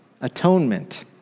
Atonement